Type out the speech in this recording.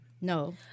No